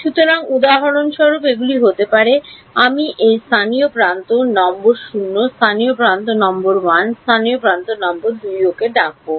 সুতরাং উদাহরণস্বরূপ এগুলি হতে পারে আমি এই স্থানীয় প্রান্ত নম্বর 0 স্থানীয় প্রান্ত নম্বর 1 স্থানীয় প্রান্ত নম্বর 2 ওকে ডাকবো